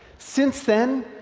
since then,